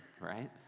right